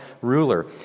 ruler